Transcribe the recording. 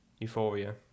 Euphoria